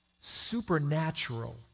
supernatural